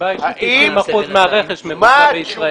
90 אחוזים מהרכש מבוצע בישראל.